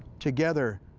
together,